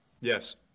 Yes